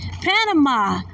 Panama